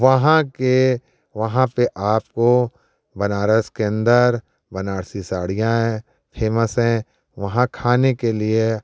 वहाँ के वहाँ पे आपको बनारस के अंदर बनारसी साड़ियाँ है फेमस हैं वहाँ खाने के लिए